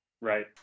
Right